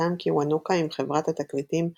חתם קיוונוקה עם חברת התקליטים "Communion",